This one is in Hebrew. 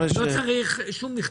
לא צריך שום מכתב.